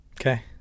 Okay